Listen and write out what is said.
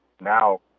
now